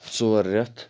ژور ریٚتھ